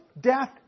death